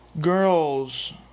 girls